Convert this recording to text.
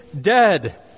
dead